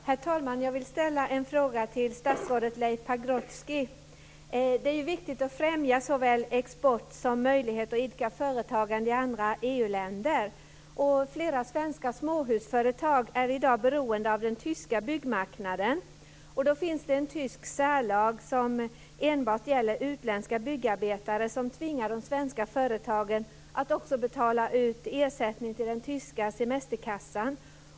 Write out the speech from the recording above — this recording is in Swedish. Herr talman! Jag vill ställa en fråga till statsrådet Det är viktigt att främja såväl export som möjligheter att idka företagande i andra EU-länder. Flera svenska småhusföretag är i dag beroende av den tyska byggmarknaden. Det finns en tysk särlag som enbart gäller utländska byggarbetare som tvingar de svenska företagen att också betala ut ersättning till den tyska semesterkassan.